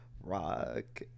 rock